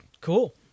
cool